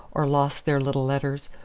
or lost their little letters,